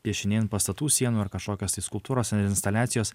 piešiniai ant pastatų sienų ar kažkokios tai skulptūros ar instaliacijos